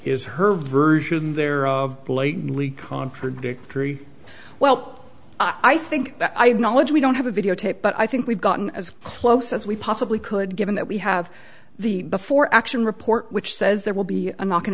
is her version there blatantly contradictory well i think i have knowledge we don't have a videotape but i think we've gotten as close as we possibly could given that we have the before action report which says there will be a mo